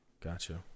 gotcha